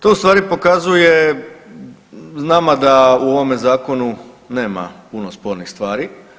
To ustvari pokazuje nama da u ovome Zakonu nema puno spornih stvari.